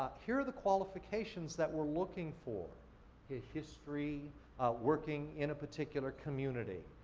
here are the qualifications that we're looking for a history working in a particular community,